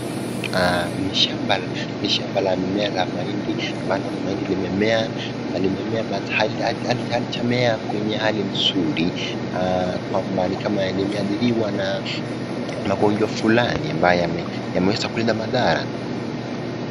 Ni shamba la mimea la mahindi. Maana naona mahindi limemea. Limemea [but] halijamea kwenye hali nzuri, kwamba ni kama limeathiriwa na magonjwa fulani ambayo yameweza kuleta madhara.